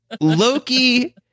Loki